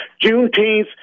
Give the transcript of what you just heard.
Juneteenth